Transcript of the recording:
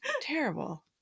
Terrible